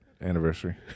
anniversary